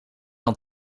dan